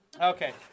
Okay